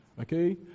Okay